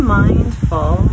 mindful